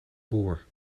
boer